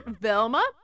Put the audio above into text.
Velma